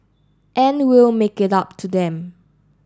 and we'll make it up to them